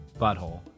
butthole